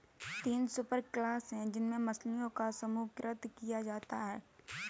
तीन सुपरक्लास है जिनमें मछलियों को समूहीकृत किया जाता है